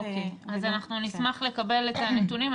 אז אנחנו נשמח לקבל את הנתונים.